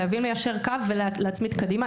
חייבים ליישר קו ולהצמיד קדימה.